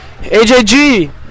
AJG